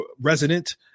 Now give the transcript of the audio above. resident